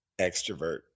extrovert